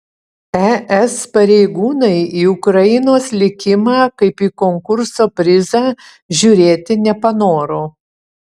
es pareigūnai į ukrainos likimą kaip į konkurso prizą žiūrėti nepanoro